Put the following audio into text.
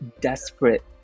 desperate